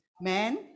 man